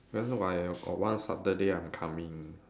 then I got one Saturday I'm coming